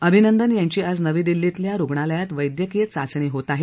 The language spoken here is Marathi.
अभिनंदन यांची आज नवी दिल्लीतील रुग्णालयात वैद्यकीय चाचणी होत आहे